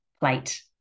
plate